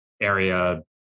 area